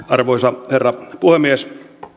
arvoisa herra puhemies